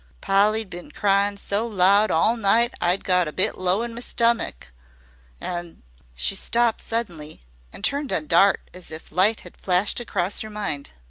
polly d been cryin so loud all night i'd got a bit low in me stummick an' she stopped suddenly and turned on dart as if light had flashed across her mind.